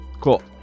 Cool